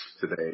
today